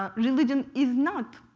um religion is not,